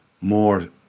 more